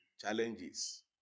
challenges